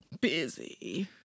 busy